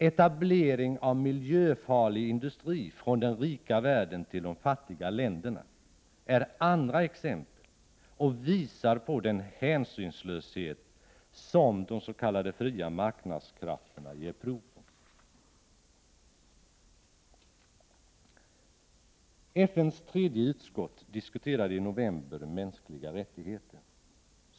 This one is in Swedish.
Etablering av miljöfarlig industri från den rika världen till de fattiga länderna är andra exempel och visar på den hänsynslöshet som de s.k. fria marknadskrafterna ger prov på. FN:s tredje utskott diskuterade i november mänskliga rättigheter.